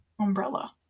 umbrella